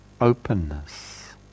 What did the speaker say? openness